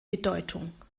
bedeutung